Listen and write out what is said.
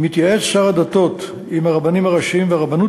מתייעץ שר הדתות עם הרבנים הראשיים והרבנות